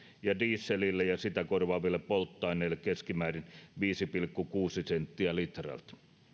ja dieselille ja sitä korvaaville polttoaineille keskimäärin viisi pilkku kuusi senttiä litralta